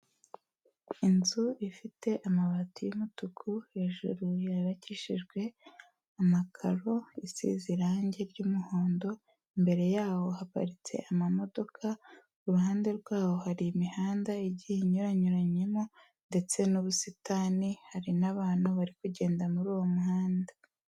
Inzu ifite amabati y'umutuku hejuru yubakishijwe amakaro, isize irangi ry'umuhondo, imbere yaho haparitse amamodoka, ku ruhande rwaho hari imihanda igiye inyuranyuranyemo ndetse n'ubusitani, hari n'abantu bari kugenda muri uwo muhanda.